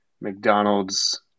McDonald's